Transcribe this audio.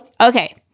Okay